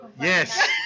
Yes